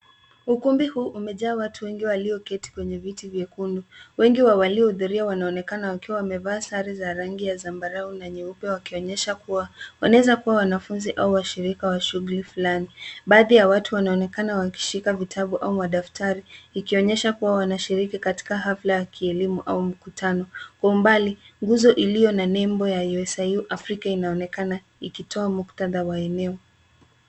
Ukumbi huu umejaa watu wengi walioketi kwenye viti vyekundu. Wengi wa waliohudhuria wanaonekana wakiwa wamevaa sare za rangi ya zambarau na nyeupe wakionyesha kuwa wanaweza kuwa wanafunzi au washirika wa shughuli fulani. Baadhi ya watu wanaonekana wakishika vitabu au madaftari, ikionyesha kuwa wanashiriki katika hafla ya kielimu au mkutano. Kwa umbali nguzo iliyo na nembo ya USIU Africa inaonekana ikitoa muktadha wa eneo.